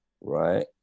right